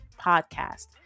podcast